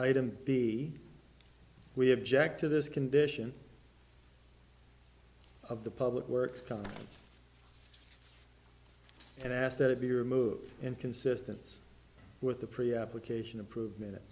item b we have jack to this condition of the public works come and ask that it be removed in consistence with the pre application improvement